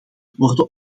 worden